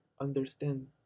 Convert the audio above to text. understand